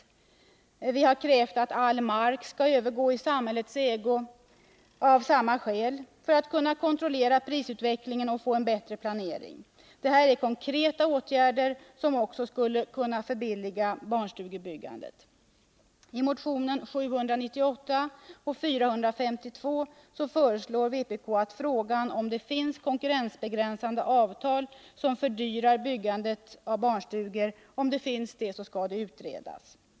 Vpk har av samma skäl krävt att all mark skall övergå i samhällets ägo: för att man skall kunna kontrollera prisutvecklingen och få en bättre planering. Detta är konkreta åtgärder som också skulle förbilliga barnstugebyggandet. I motionerna 1978 80:452 föreslår vpk att frågan om huruvida det finns ett konkurrensbegränsande avtal som fördyrar byggandet skall utredas.